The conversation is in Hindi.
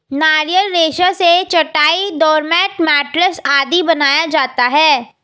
नारियल रेशा से चटाई, डोरमेट, मैटरेस आदि बनाया जाता है